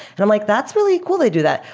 and i'm like, that's really cool they do that.